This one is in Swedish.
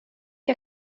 jag